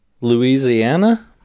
Louisiana